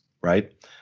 right